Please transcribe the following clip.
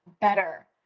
better